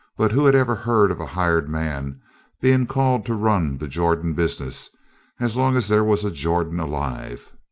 but who had ever heard of a hired man being called to run the jordan business as long as there was a jordan alive?